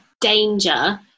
danger